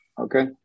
Okay